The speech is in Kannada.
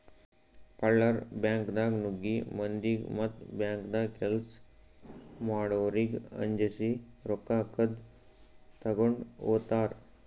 ಕಳ್ಳರ್ ಬ್ಯಾಂಕ್ದಾಗ್ ನುಗ್ಗಿ ಮಂದಿಗ್ ಮತ್ತ್ ಬ್ಯಾಂಕ್ದಾಗ್ ಕೆಲ್ಸ್ ಮಾಡೋರಿಗ್ ಅಂಜಸಿ ರೊಕ್ಕ ಕದ್ದ್ ತಗೊಂಡ್ ಹೋತರ್